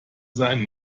sein